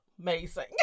amazing